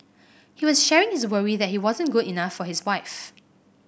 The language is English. he was sharing his worry that he wasn't good enough for his wife